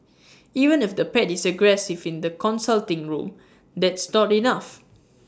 even if the pet is aggressive in the consulting room that's not enough